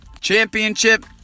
Championship